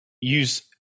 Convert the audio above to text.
use